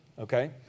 Okay